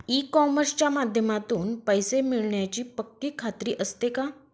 E कॉमर्सच्या माध्यमातून पैसे मिळण्याची पक्की खात्री असते का?